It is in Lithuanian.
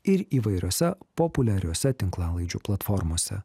ir įvairiose populiariose tinklalaidžių platformose